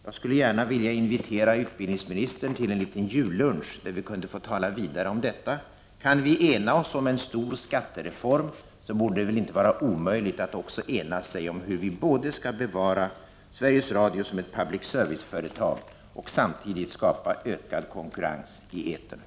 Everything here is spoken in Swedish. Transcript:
Jag skulle gärna vilja invitera utbildningsministern till en liten jullunch där vi kunde få tala vidare om dessa saker. Kan vi enas om en stor skattereform, borde det väl inte vara omöjligt att också kunna enas om hur vi skall bevara Sveriges Radio som ett public service-företag samtidigt som vi skapar ökad konkurrens i etern.